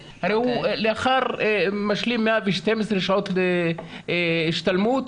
הרי הוא משלים 112 שעות השתלמות,